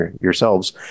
yourselves